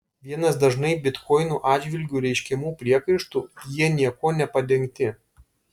vienas dažnai bitkoinų atžvilgiu reiškiamų priekaištų jie niekuo nepadengti